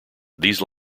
these